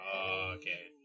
Okay